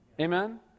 Amen